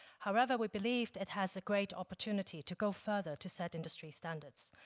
however, we believe it has a great opportunity to go further to set industry standards.